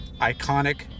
iconic